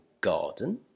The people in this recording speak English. garden